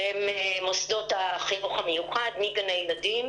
שהם מוסדות החינוך המיוחד, גני ילדים